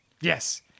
Yes